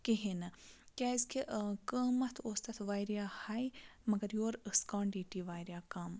کِہیٖنۍ نہٕ کیٛازِکہِ قۭمَتھ اوس تَتھ واریاہ ہاے مگر یور ٲس کانٹِٹی واریاہ کَم